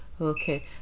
Okay